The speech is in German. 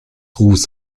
ruß